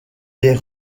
des